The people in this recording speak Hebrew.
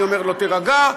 אני אומר לו: תירגע,